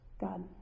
God